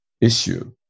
issue